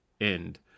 end